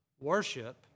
worship